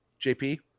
JP